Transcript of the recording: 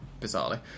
bizarrely